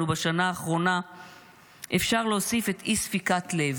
בשנה האחרונה אפשר להוסיף את אי-ספיקת לב